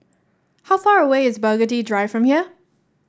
how far away is Burgundy Drive from here